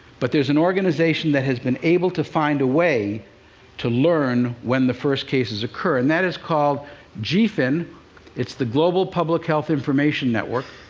but there's an organization that has been able to find a way to learn when the first cases occur, and that is called gphin it's the global public health information network.